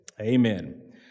Amen